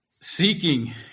seeking